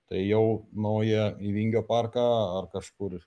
tai jau nauja į vingio parką ar kažkur